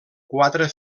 quatre